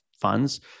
funds